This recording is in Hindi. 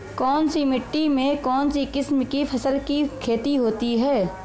कौनसी मिट्टी में कौनसी किस्म की फसल की खेती होती है?